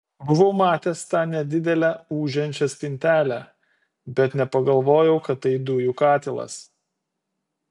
buvau matęs tą nedidelę ūžiančią spintelę bet nepagalvojau kad tai dujų katilas